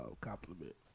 compliment